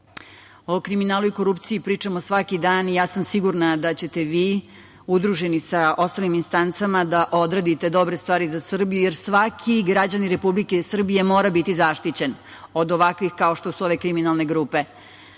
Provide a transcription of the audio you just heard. kriminalu i korupciji pričamo svaki dan i ja sam sigurna da ćete vi, udruženi sa ostalim instancama, da odradite dobre stvari za Srbiju, jer svaki građanin Republike Srbije mora biti zaštićen od ovakvih kao što su ove kriminalne grupe. Što